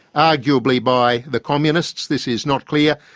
arguably by the communists. this is not clear.